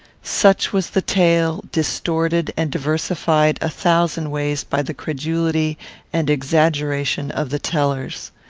such was the tale, distorted and diversified a thousand ways by the credulity and exaggeration of the tellers.